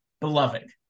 beloved